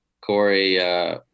Corey